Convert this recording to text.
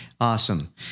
Awesome